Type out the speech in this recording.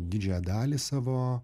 didžiąją dalį savo